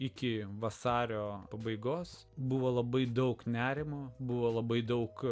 iki vasario pabaigos buvo labai daug nerimo buvo labai daug